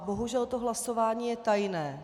Bohužel to hlasování je tajné.